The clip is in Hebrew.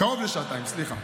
קרוב לשעתיים, סליחה.